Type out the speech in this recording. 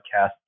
podcast